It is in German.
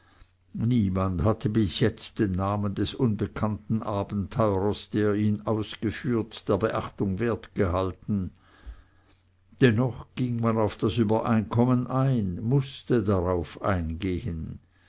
niemand hatte bis jetzt den namen des unbekannten abenteurers der ihn ausgeführt der beachtung wert gehalten dennoch ging man auf das obereinkommen ein mußte darauf eingehen